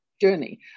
journey